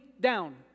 down